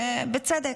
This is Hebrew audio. ובצדק.